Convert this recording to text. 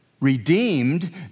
Redeemed